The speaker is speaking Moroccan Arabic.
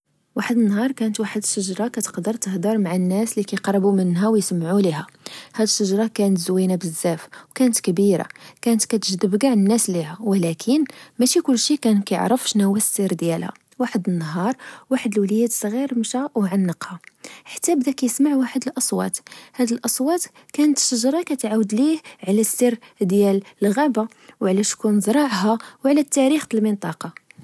واحد النهار، كانت واحد شجرة كتقدر تهدر مع الناس لكقربو منها وسمعو ليها، هاد الشجرة كانت زوينة بزاف وكانت كبيرة، كانت كتجدب چاع الناس ليها، ولكن ماشي كولشي كان كعرف شناهو السر ديالها، واحد النهار، واحد الوليد صغير مشا أو عنقها، حتى بدا كسمع واحد الأصوات، هاد الأصوات كانت الشجرة كتعاود ليه على السر ديال الغابة، وعلى شكون زرعها ، وعلى تاريخ لمنطقة